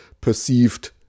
perceived